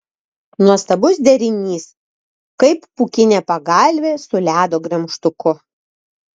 nuostabus derinys kaip pūkinė pagalvė su ledo gremžtuku